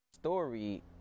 story